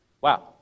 Wow